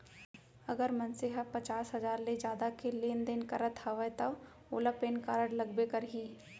अगर मनसे ह पचार हजार ले जादा के लेन देन करत हवय तव ओला पेन कारड लगबे करही